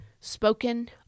spoken